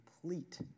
complete